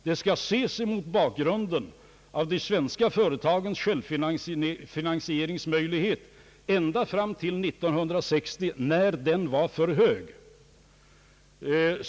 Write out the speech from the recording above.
Det skall ses mot bakgrunden av de svenska företagens självfinansieringsmöjligheter ända fram till 1960, när självfinansieringsgraden var för hög.